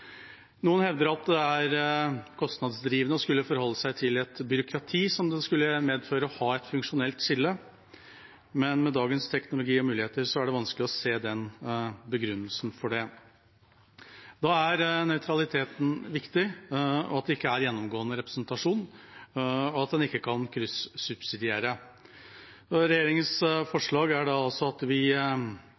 Noen hevder at det er kostnadsdrivende å skulle forholde seg til byråkratiet som det skulle medføre å ha et funksjonelt skille, men med dagens teknologi og muligheter er det vanskelig å se begrunnelsen for det. Da er nøytralitet viktig, at det ikke er gjennomgående representasjon, og at en ikke kan kryssubsidiere. Regjeringens forslag er altså at vi